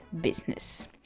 business